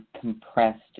compressed